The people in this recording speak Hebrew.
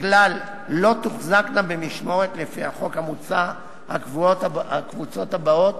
שככלל לא תוחזקנה במשמורת לפי החוק המוצע הקבוצות הבאות,